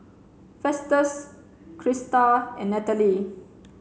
Festus Crysta and Natalee